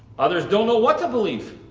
others don't know what to believe.